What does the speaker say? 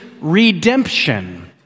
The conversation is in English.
redemption